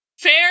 fair